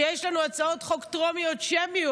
שבו יש לנו הצעות חוק טרומיות שמיות,